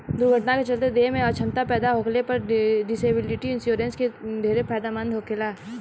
दुर्घटना के चलते देह में अछमता पैदा होखला पर डिसेबिलिटी इंश्योरेंस ढेरे फायदेमंद होखेला